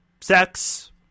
sex